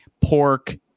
pork